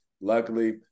luckily –